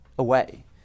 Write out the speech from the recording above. away